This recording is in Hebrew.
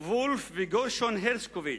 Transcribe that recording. וולף וגרשון הרשקוביץ.